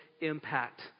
impact